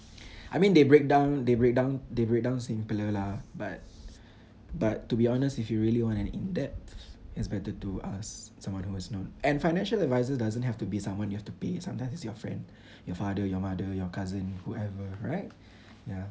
I mean they break down they break down they break down simpler lah but but to be honest if you really want an in-depth it's better to ask someone who is known and financial advisor doesn't have to be someone you have to pay sometimes it's your friend your father your mother your cousin whoever right ya